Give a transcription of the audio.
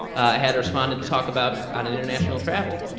i had responded to talk about on an international travel.